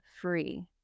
free